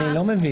אני לא מבין.